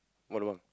what lobang